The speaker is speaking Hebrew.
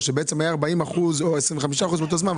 שבעצם היה 40% או 25% באותו זמן,